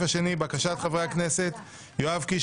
בקשת חברי הכנסת יואב קיש,